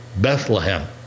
Bethlehem